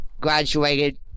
graduated